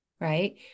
Right